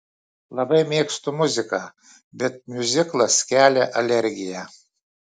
labai mėgstu muziką bet miuziklas kelia alergiją